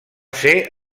ser